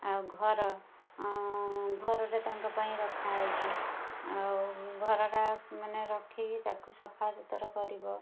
ଆଉ ଘର ଘରଟା ତାଙ୍କ ପାଇଁ ରଖା ହେଇଛି ଆଉ ଘରଟା ମାନେ ରଖିକି ତାକୁ ସଫାସୁତୁରା କରିବ